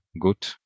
Good